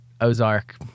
Ozark